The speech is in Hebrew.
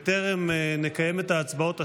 בטרם נקיים את ההצבעות השמיות,